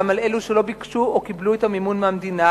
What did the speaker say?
על אלו שלא ביקשו או קיבלו את המימון מהמדינה,